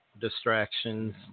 distractions